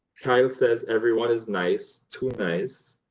tyler says everyone is nice. too nice.